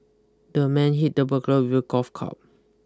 the man hit the burglar with a golf club